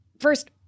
First